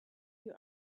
you